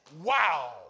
wow